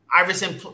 Iverson